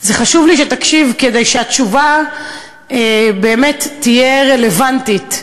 חשוב לי שתקשיב כדי שהתשובה באמת תהיה רלוונטית,